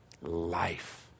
life